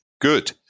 Good